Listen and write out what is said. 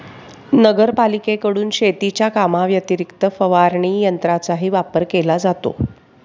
नगरपालिकेकडून शेतीच्या कामाव्यतिरिक्त फवारणी यंत्राचाही वापर केला जातो